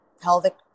pelvic